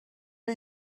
are